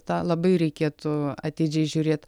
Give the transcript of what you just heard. tą labai reikėtų atidžiai žiūrėt